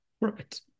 Right